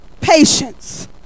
patience